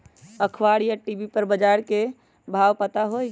अखबार या टी.वी पर बजार के भाव पता होई?